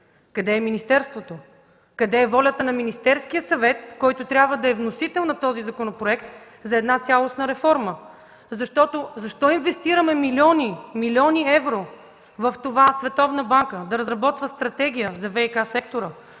Къде е министерството? Къде е волята на Министерския съвет, който трябва да е вносител на този законопроект за една цялостна реформа? Защо инвестираме милиони евро в това Световната банка да разработва стратегия за ВиК-сектора,